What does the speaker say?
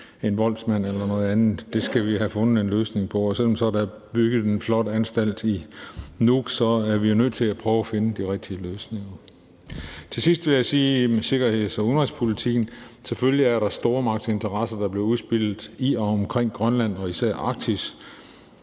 en voldsmand eller noget andet. Det skal vi have fundet en løsning på. Og selv om der er bygget en flot anstalt i Nuuk, er vi jo nødt til at prøve at finde de rigtige løsninger. Til sidst vil jeg sige om sikkerheds- og udenrigspolitikken: Selvfølgelig er der stormagtsinteresser, der udspiller sig i og omkring Grønland, især i Arktis.